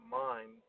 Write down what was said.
mind